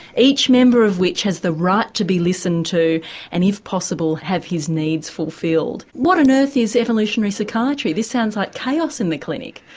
each member of which has the right to be listened to and, if possible, have his needs fulfilled. what on earth is evolutionary psychiatry, this sounds like chaos in the clinic?